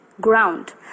ground